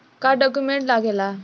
का डॉक्यूमेंट लागेला?